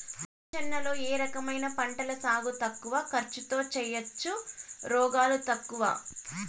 మొక్కజొన్న లో ఏ రకమైన పంటల సాగు తక్కువ ఖర్చుతో చేయచ్చు, రోగాలు తక్కువ?